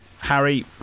Harry